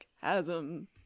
chasm